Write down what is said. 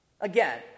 Again